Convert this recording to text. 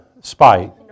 spite